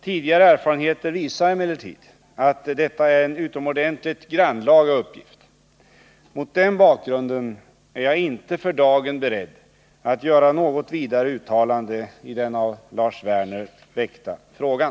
Tidigare erfarenheter visar emellertid att detta är en utomordentligt grannlaga uppgift. Mot den bakgrunden är jag inte för dagen beredd att göra nagot vidare uttalande i den av Lars Werner väckta frågan.